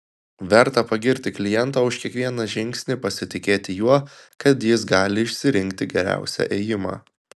verta pagirti klientą už kiekvieną žingsnį pasitikėti juo kad jis gali išsirinkti geriausią ėjimą